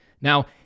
now